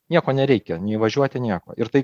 nieko nereikia nei važiuoti nieko ir tai